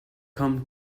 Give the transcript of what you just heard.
come